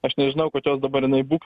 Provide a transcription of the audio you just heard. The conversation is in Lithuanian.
aš nežinau kokios dabar jinai būk